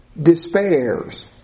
despairs